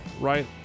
right